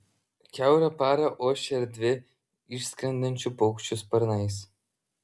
kiaurą parą ošia erdvė išskrendančių paukščių sparnais